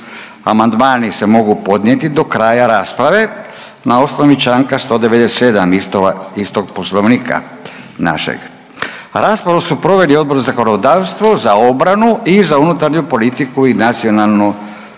Amandmani se mogu podnijeti do kraja rasprave na osnovi čl. 197 istog Poslovnika našeg. Raspravu su proveli Odbor za zakonodavstvo, za obranu i za unutarnju politiku i nacionalnu sigurnost.